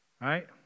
Right